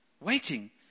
Waiting